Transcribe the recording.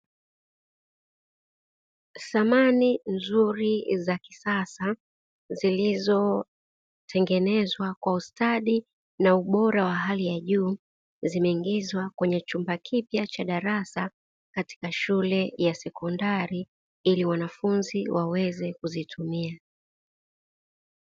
Samani nzuri za kisasa zilizotengenezwa kwa ustadi na ubora wa hali ya juu, zimeingizwa kwenye chumba kipya cha darasa katika shule ya sekondari ili wanafunzi waweze kuzitumia.